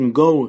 go